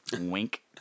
Wink